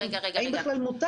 האם בכלל מותר.